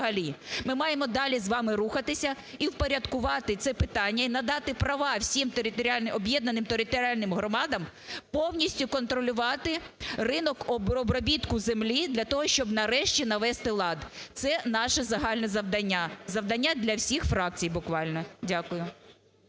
Ми маємо далі з вами рухатися і впорядкувати це питання і надати права всім об'єднаним територіальним громадам повністю контролювати ринок обробітку землі для того, щоб нарешті навести лад. Це наше загальне завдання, завдання для всіх фракцій буквально. Дякую.